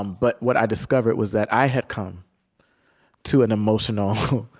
um but what i discovered was that i had come to an emotional,